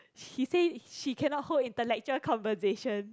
he says she cannot hold intellectual conversation